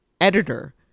editor